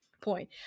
point